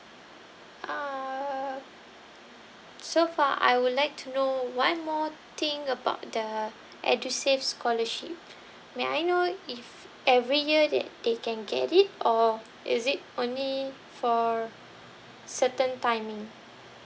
uh so far I would like to know one more thing about the edusave scholarship may I know if every year that they can get it or is it only for certain timing